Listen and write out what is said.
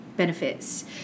benefits